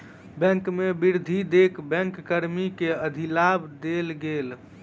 bank के वृद्धि देख बैंक कर्मी के अधिलाभ देल गेल